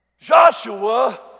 Joshua